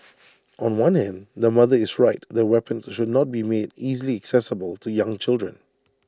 on one hand the mother is right that weapons should not be made easily accessible to young children